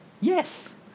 Yes